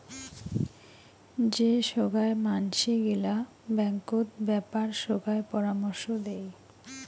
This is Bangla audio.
যে সোগায় মানসি গিলা ব্যাঙ্কত বেপার সোগায় পরামর্শ দেই